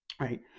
right